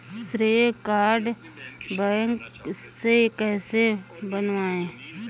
श्रेय card bank से कैसे बनवाएं?